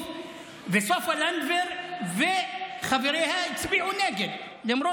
סופה לנדבר הציעה להקים בית חולים באשדוד,